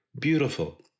beautiful